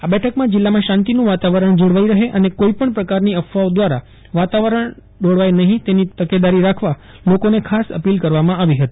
આ બેઠકમાં જીલ્લામાં શાંતિનું વાતાવરણ જળવાઈ રહે અને કોઈપણ પ્રકારની અફવાઓ દ્વારા વાતાવરણ ડહોડાય નહીં તેની માટે તકેદારી રાખવા લોકોને ખાસ અપીલ કરવામાં આવી હતી